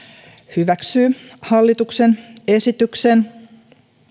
hyväksyy hallituksen esityksen